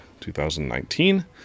2019